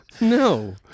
No